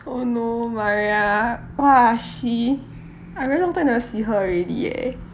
oh no maria !wah! she I very long time never see her already eh